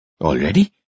Already